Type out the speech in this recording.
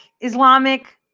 Islamic